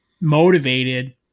motivated